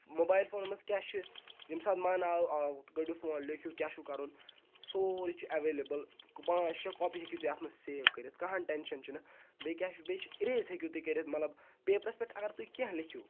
mobile فونَن مَنٛز کیاہ چھُ ییٚمہِ ساتہٕ مَن آو آو کٔڑِو فون لٮ۪کھِو کیاہ چھُ کَرُن سورُے چھُ ایویلیبٕل پانٛژھ شےٚ کاپیہِ ہیٚکِو تُہۍ اَتھ مَنٛز سیو کٔرِتھ ٹیٚنشَن چھُنہٕ بیٚیہِ کیاہ چھُ بیٚیہِ چھُ اِریز ہیٚکِو تُہۍ کٔرِتھ مَطلَب پیپرَس پیٹھ اَگَر تُہۍ کینٛہہ لٮ۪کھِو